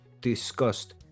discussed